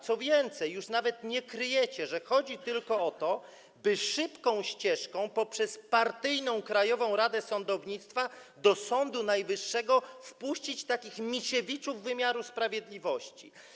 Co więcej, już nawet nie kryjecie, że chodzi tylko o to, by szybką ścieżką, poprzez partyjną Krajową Radę Sądownictwa, do Sądu Najwyższego wpuścić takich Misiewiczów wymiaru sprawiedliwości.